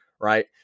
right